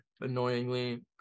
annoyingly